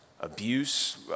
abuse